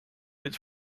its